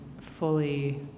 fully